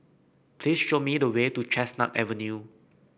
please show me the way to Chestnut Avenue